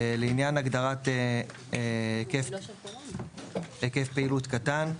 לעניין הגדרת "היקף פעילות קטן",